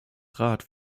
rat